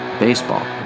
baseball